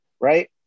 right